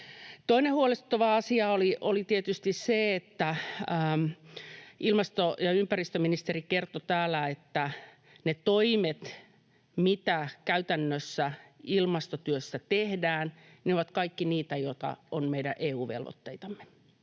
Toinen huolestuttava asia oli tietysti se, että ilmasto- ja ympäristöministeri kertoi täällä, että ne toimet, mitä käytännössä ilmastotyössä tehdään, ovat kaikki niitä, jotka ovat meidän EU-velvoitteitamme.